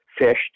fished